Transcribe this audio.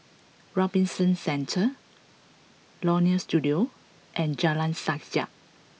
Robinson Centre Leonie Studio and Jalan Sajak